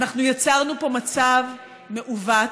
אנחנו יצרנו פה מצב מעוות,